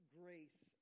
grace